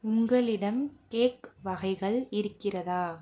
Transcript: உங்களிடம் கேக் வகைகள் இருக்கிறதா